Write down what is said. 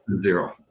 Zero